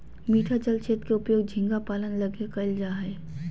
मीठा जल क्षेत्र के उपयोग झींगा पालन लगी कइल जा हइ